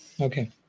Okay